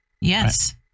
yes